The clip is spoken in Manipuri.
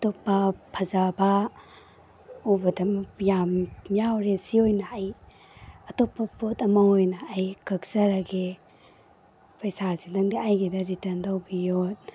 ꯑꯇꯣꯞꯄ ꯐꯖꯕ ꯎꯕꯗ ꯌꯥꯝ ꯌꯥꯎꯔꯦ ꯁꯤ ꯑꯣꯏꯅ ꯑꯩ ꯑꯇꯣꯞꯄ ꯄꯣꯠ ꯑꯃ ꯑꯣꯏꯅ ꯑꯩ ꯀꯛꯆꯔꯒꯦ ꯄꯩꯁꯥꯁꯤꯗꯗꯤ ꯑꯩꯒꯤꯗ ꯔꯤꯇꯔꯟ ꯇꯧꯕꯤꯌꯣ